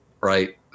right